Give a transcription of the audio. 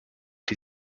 die